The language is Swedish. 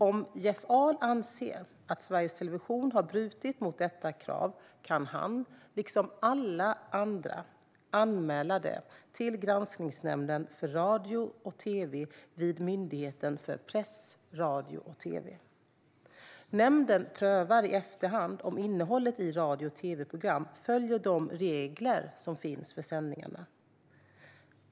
Om Jeff Ahl anser att Sveriges Television har brutit mot detta krav kan han, liksom alla andra, anmäla det till granskningsnämnden för radio och tv vid Myndigheten för press, radio och tv. Nämnden prövar i efterhand om innehållet i radio och tv-program följer de regler som finns för sändningarna.